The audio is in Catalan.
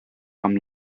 com